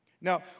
Now